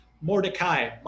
mordecai